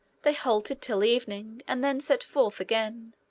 they halted till evening, and then set forth again.